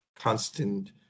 constant